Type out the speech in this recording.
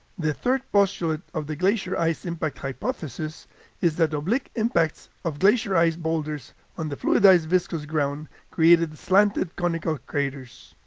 the third postulate of the glacier ice impact hypothesis is that oblique impacts of glacier ice boulders on the fluidized viscous ground created slanted conical craters.